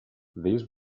this